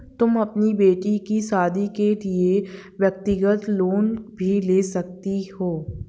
तुम अपनी बेटी की शादी के लिए व्यक्तिगत लोन भी ले सकती हो